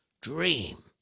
dream